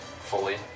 Fully